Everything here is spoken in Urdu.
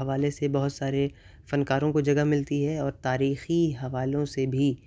حوالے سے بہت سارے فنکاروں کو جگہ ملتی ہے اور تاریخی حوالوں سے بھی